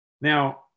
now